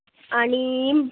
आणि